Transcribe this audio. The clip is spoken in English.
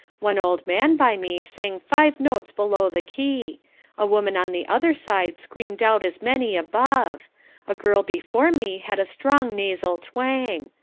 one old man by me sang five notes below the key a woman on the other side screamed out as many above a girl before me had a strong nasal twang.